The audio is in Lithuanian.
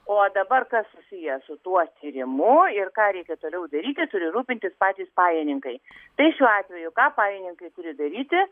o dabar kas susiję su tuo tyrimu ir ką reikia toliau daryti turi rūpintis patys pajininkai tai šiuo atveju ką pajininkai turi daryti